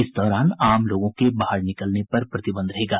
इस दौरान आम लोगों के बाहर निकलने पर प्रतिबंध रहेगा